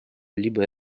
либо